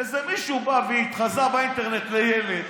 איזה מישהו בא והתחזה באינטרנט לילד,